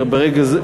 ברגע זה,